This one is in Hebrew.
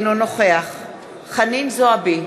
נגד חנין זועבי,